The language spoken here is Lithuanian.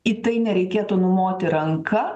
į tai nereikėtų numoti ranka